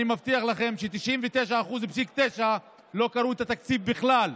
אני מבטיח לכם ש-99.9% לא קראו את התקציב בכלל,